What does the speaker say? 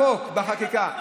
בחוק, בחקיקה.